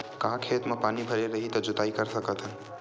का खेत म पानी भरे रही त जोताई कर सकत हन?